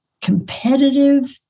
competitive